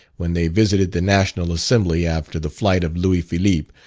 when they visited the national assembly after the flight of louis philippe,